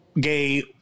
gay